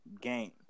game